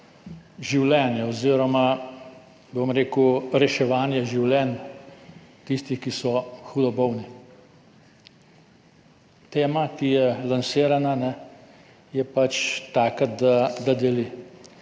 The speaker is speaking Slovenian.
življenje oziroma reševanje življenj tistih, ki so hudo bolni. Tema, ki je lansirana, je pač taka, da deli